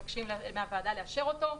שמבקשים מהוועדה לאשר אותו,